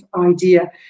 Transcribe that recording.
idea